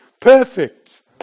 perfect